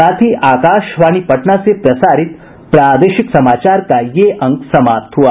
इसके साथ ही आकाशवाणी पटना से प्रसारित प्रादेशिक समाचार का ये अंक समाप्त हुआ